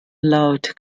laut